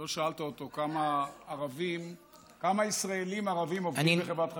לא שאלת אותו כמה ישראלים ערבים עובדים בחברת חשמל.